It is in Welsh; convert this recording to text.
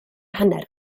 hanner